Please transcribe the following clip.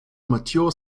mature